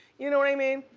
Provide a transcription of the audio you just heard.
you know what i mean?